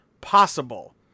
Possible